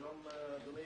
שלום אדוני.